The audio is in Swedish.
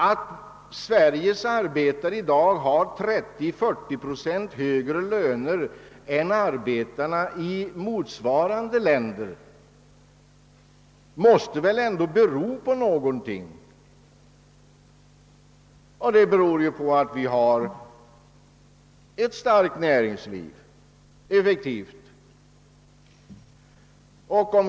Att Sveriges arbetare i dag har 30— 40 procent högre löner än arbetarna i jämförbara länder måste väl ändå bero på någonting — och det beror just på att vi har ett starkt och effektivt näringsliv.